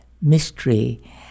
mystery